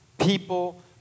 People